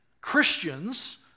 Christians